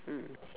mm